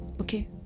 okay